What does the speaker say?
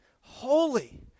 holy